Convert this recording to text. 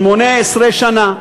18 שנה,